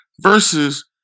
Versus